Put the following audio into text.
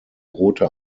rote